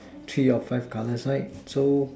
three or five colour right so